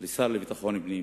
לשר לביטחון פנים,